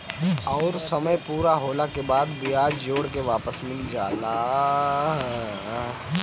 अउर समय पूरा होला के बाद बियाज जोड़ के वापस मिल जाला